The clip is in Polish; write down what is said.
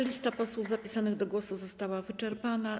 Lista posłów zapisanych do głosu została wyczerpana.